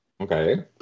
Okay